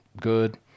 good